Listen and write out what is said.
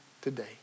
today